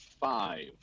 five